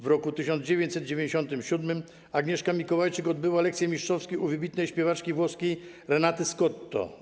W roku 1997 Agnieszka Mikołajczyk odbyła lekcje mistrzowskie u wybitnej śpiewaczki włoskiej Renaty Scotto.